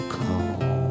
call